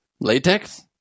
Latex